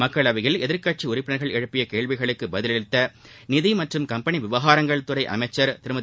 மக்களவையில் எதிர்க்கட்சி உறுப்பினர்கள் எழுப்பிய கேள்விகளுக்கு பதிலளித்த நிதி மற்றும் கம்பெனி விவகாரங்கள் துறை அமைச்சள் திருமதி